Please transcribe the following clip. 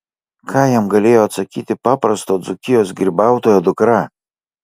ką jam galėjo atsakyti paprasto dzūkijos grybautojo dukra